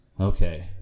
Okay